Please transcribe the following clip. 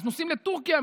אז נוסעים לטורקיה,